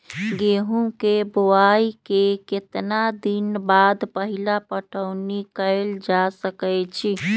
गेंहू के बोआई के केतना दिन बाद पहिला पटौनी कैल जा सकैछि?